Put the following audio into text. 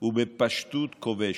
ובפשטות כובשת.